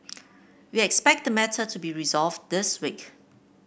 we expect the matter to be resolved this week